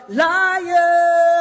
liar